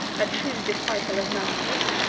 a true disciple of malthus,